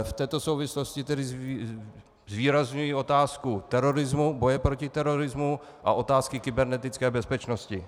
V této souvislosti zvýrazňuji otázku terorismu, boje proti terorismu a otázky kybernetické bezpečnosti.